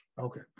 Okay